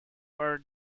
her